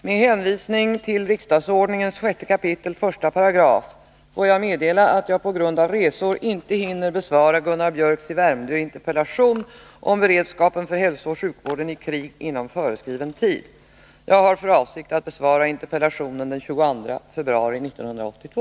Herr talman! Med hänvisning till riksdagsordningens 6 kap. 1§ får jag meddela att jag på grund av resor inte hinner besvara Gunnar Biörcks i Värmdö interpellation om beredskapen för hälsooch sjukvården i krig inom föreskriven tid. Jag har för avsikt att besvara interpellationen den 22 februari 1982.